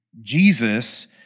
Jesus